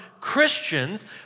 Christians